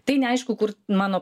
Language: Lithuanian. tai neaišku kur mano